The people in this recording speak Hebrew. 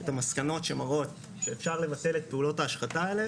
את המסקנות שמראות שאפשר לבטל את פעולות ההשחתה האלה